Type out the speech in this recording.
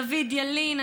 דוד ילין,